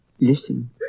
Listen